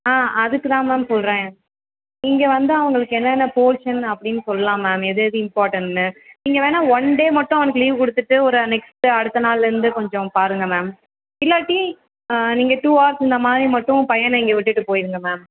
ஆ அதுக்கு தான் மேம் சொல்கிறேன் இங்கே வந்து அவர்களுக்கு என்னென்னா போர்ஷன் அப்படின்னு சொல்லலாம் மேம் எது எது இம்பார்ட்டன்னு நீங்கள் வேணால் ஒன் டே மட்டும் அவனுக்கு லீவ் கொடுத்துட்டு ஒரு நெக்ஸ்ட்டு அடுத்த நாளிலேருந்து கொஞ்சம் பாருங்க மேம் இல்லாட்டி நீங்கள் டூ ஹார்ஸ் இந்த மாதிரி மட்டும் பையனை இங்கே விட்டுவிட்டு போய்விடுங்க மேம்